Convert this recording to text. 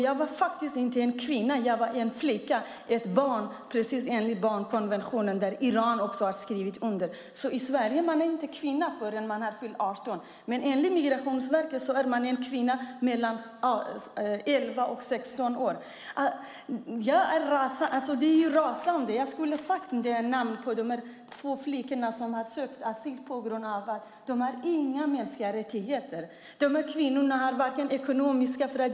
Jag var faktiskt inte en kvinna utan en flicka, ett barn, precis som enligt barnkonventionen som också Iran har skrivit under. I Sverige är man inte kvinna förrän man har fyllt 18 år. Men enligt Migrationsverket är man en kvinna mellan 11 och 16 år. Det är så att man blir rasande. Jag skulle kunna nämna de två flickor som har sökt asyl eftersom de inte har några mänskliga rättigheter. Dessa kvinnor har ingen ekonomisk frihet.